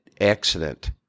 accident